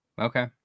Okay